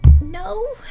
No